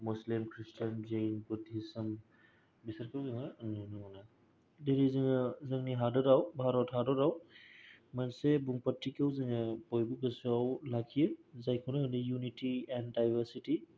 मुस्लिम Christian Jain Buddhism बिसोरखौ जोङो नुनो मोननो दिनै जोङो जोंनि हादरआव भारत हादरआव मोनसे बुंफोरथिखौ जोङो बयबो गोसोयाव लाखियो जायखौनो होननो इउनिथि एन दायबारसिथि